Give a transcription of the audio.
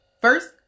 First